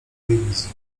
wizji